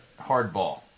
Hardball